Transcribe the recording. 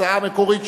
הצעה מקורית,